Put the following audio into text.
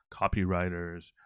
copywriters